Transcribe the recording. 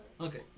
Okay